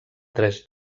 tres